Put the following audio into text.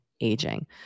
aging